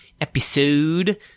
episode